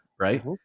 right